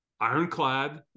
ironclad